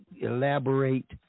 elaborate